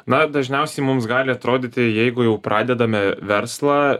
na dažniausiai mums gali atrodyti jeigu jau pradedame verslą